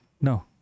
No